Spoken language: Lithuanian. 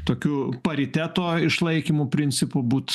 tokiu pariteto išlaikymu principu būt